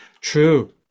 True